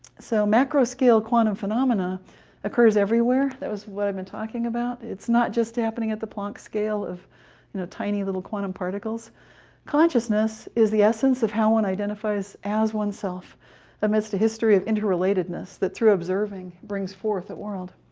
so macro scale quantum phenomena occurs everywhere? that is what i've been talking about it's not just happening at the planck scale of you know tiny little quantum particles consciousness is the essence of how one identifies as oneself amidst a history of interrelatedness, that through observing, brings forth that world.